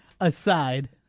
aside